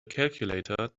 calculator